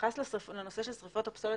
התייחסת לנושא של שריפות הפסולת